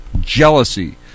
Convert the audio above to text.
jealousy